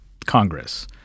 Congress